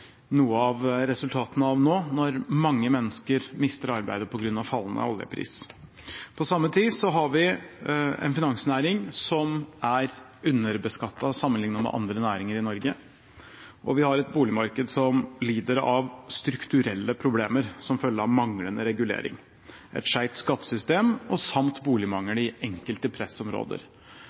noe av resultatene av nå, når mange mennesker mister arbeidet på grunn av fallende oljepris. På samme tid har vi en finansnæring som er underbeskattet sammenlignet med andre næringer i Norge, og vi har et boligmarked som lider av strukturelle problemer som følge av manglende regulering, et skjevt skattesystem samt boligmangel i enkelte pressområder.